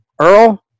Earl